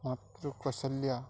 ମାତ୍ର କୌଶଲ୍ୟା